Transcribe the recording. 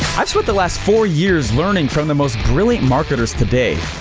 i've spent the last four years learning from the most brilliant marketers today.